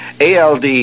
ALD